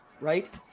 right